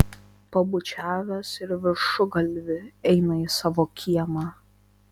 pabučiavęs į viršugalvį eina į savo kiemą